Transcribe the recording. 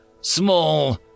Small